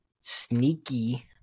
sneaky